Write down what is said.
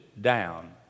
down